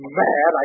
mad